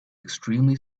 extremely